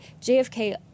JFK